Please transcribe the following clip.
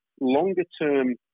longer-term